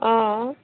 অঁ